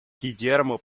guillermo